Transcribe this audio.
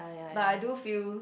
but I do feel